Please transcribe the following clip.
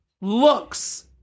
looks